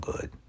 good